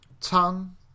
tongue